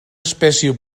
espècie